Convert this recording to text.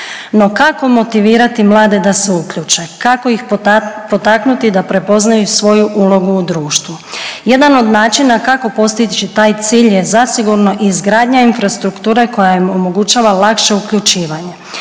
no kako motivirati mlade da se uključe? Kako ih potaknuti da prepoznaju svoju ulogu u društvu? Jedan od načina kako postići taj cilj je zasigurno izgradnja infrastrukture koja im omogućava lakše uključivanje.